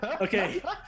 Okay